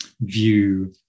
view